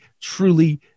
truly